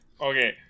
Okay